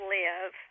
live